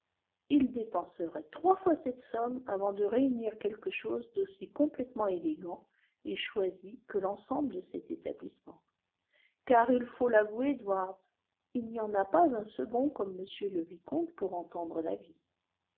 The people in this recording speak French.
il dépenserait trois fois cette somme avant de réunir quelque chose d'aussi complètement élégant et choisi que l'ensemble de cet établissement car il faut l'avouer edwards il n'y en a pas un second comme m le vicomte pour entendre la vie